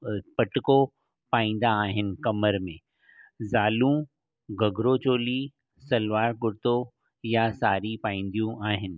पटिको पाईंदा आहिनि कमरि में ज़ालूं घघरो चोली सलवारु कुर्तो या साड़ी पाईंदियूं आहिनि